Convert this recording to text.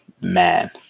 man